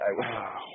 Wow